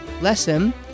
lesson